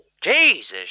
Jesus